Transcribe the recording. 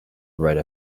write